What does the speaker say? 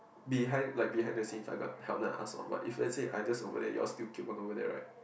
behind like behind the scene I got help then I ask or what if let's say I just over there you all still keep over there right